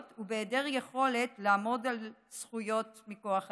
ובהיעדר יכולת לעמוד על זכויות מכוח הדין.